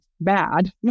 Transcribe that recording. bad